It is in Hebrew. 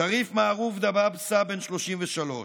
שריף מערוף דבאבסה, בן 33,